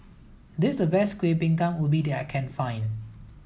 this a best Kueh Bingka Ubi that I can find